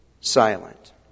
silent